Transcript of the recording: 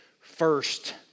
first